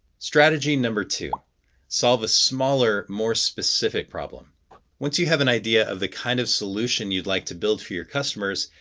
strategy two solve a smaller, more specific problem once you have an idea of the kind of solution you'd like to build for your customers,